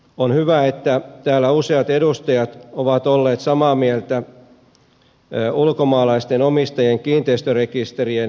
on hyvä että täällä useat edustajat ovat olleet samaa mieltä ulkomaalaisten omistajien kiinteistörekisterien kehittämisestä